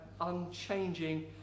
unchanging